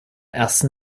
ersten